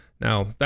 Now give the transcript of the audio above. Now